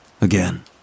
Again